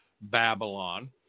Babylon